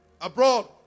abroad